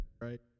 Right